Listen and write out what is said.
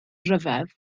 ryfedd